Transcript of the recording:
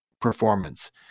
performance